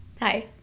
hi